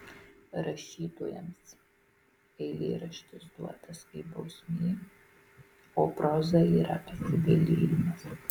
rašytojams eilėraštis duotas kaip bausmė o proza yra pasigailėjimas